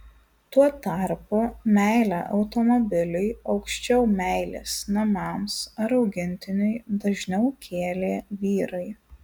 tuo tarpu meilę automobiliui aukščiau meilės namams ar augintiniui dažniau kėlė vyrai